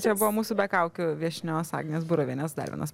čia buvo mūsų be kaukių viešnios agnės burovienės dar vienas